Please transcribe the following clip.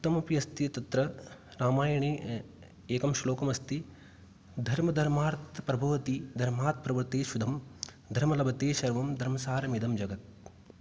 उक्तमपि अस्ति तत्र रामायणे एकं श्लोकम् अस्ति धर्मधर्मार्थं प्रभवति धर्मात् प्रवृत्ते शुद्धं धर्म लभते सर्वं धर्मसारमिदं जगत्